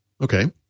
okay